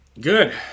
good